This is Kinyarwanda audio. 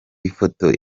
ifoto